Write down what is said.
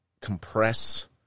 compress